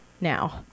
now